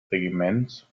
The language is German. regiments